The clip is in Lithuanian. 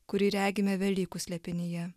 kurį regime velykų slėpinyje